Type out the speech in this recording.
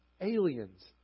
aliens